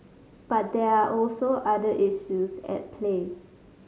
but there are also other issues at play